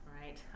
right